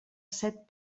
set